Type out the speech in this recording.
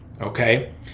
okay